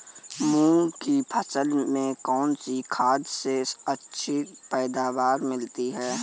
मूंग की फसल में कौनसी खाद से अच्छी पैदावार मिलती है?